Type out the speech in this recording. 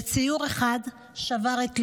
וציור אחד שבר את ליבי.